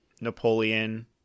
Napoleon